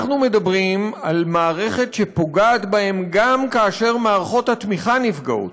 אנחנו מדברים על מערכת שפוגעת בהם גם כאשר מערכות התמיכה נפגעות.